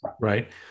Right